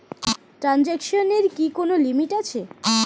ট্রানজেকশনের কি কোন লিমিট আছে?